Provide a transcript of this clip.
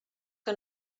que